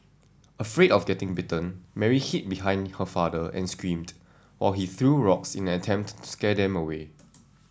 afraid of getting bitten Mary hid behind her father and screamed while he threw rocks in an attempt to scare them away